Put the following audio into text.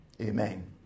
Amen